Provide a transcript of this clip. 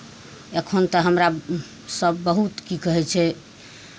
एखन तऽ हमरा सभ बहुत की कहै छै